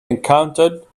encountered